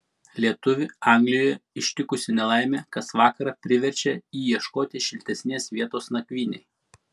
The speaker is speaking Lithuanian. lietuvį anglijoje ištikusi nelaimė kas vakarą priverčia jį ieškoti šiltesnės vietos nakvynei